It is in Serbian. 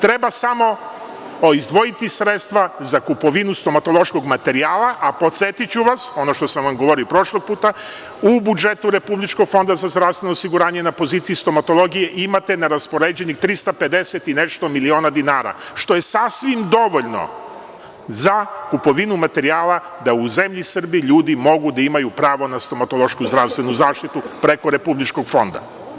Treba samo izdvojiti sredstva za kupovinu stomatološkog materijala, a podsetiću vas, ono što sam vam govorio prošli put, u budžetu RFZO na poziciji stomatologije imate neraspoređenih 350 i nešto miliona dinara, što je sasvim dovoljno za kupovinu materijala da u zemlji Srbiji ljudi mogu da imaju pravo na stomatološku zdravstvenu zaštitu preko Republičkog fonda.